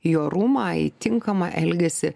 į orumą į tinkamą elgesį